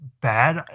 bad